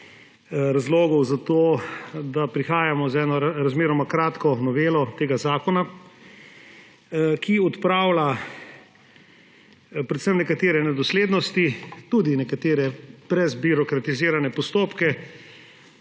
razlogov za to, da prihajamo z razmeroma kratko novelo tega zakona, ki odpravlja predvsem nekatere nedoslednosti, tudi nekatere preveč zbirokratizirane postopke,